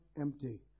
empty